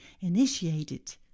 initiated